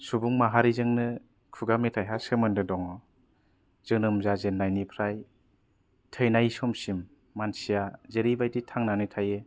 सुबुं माहारिजोंनो खुगा मेथाइ हा सोमोनदो दङ जोनोम जाजेननाय निफ्राय थैनाय समसिम मानसिया जेरैबादि थांनानै थायो